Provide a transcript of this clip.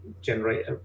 generate